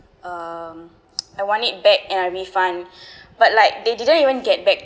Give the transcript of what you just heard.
um I want it back and a refund but like they didn't even get back